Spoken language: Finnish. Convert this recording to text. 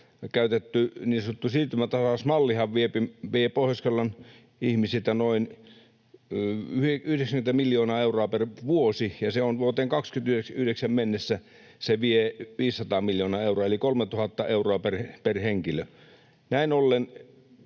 sanottu siirtymätasausmallihan vie Pohjois-Karjalan ihmisiltä noin 90 miljoonaa euroa per vuosi ja vuoteen 29 mennessä se vie 500 miljoonaa euroa eli 3 000 euroa per henkilö. Näin ollen